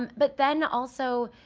but then also,